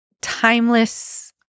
timeless